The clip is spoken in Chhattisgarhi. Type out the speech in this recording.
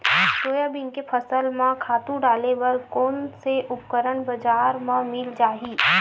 सोयाबीन के फसल म खातु डाले बर कोन से उपकरण बजार म मिल जाहि?